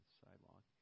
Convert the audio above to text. sidewalk